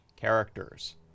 characters